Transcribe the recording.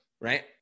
Right